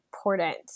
important